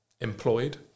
employed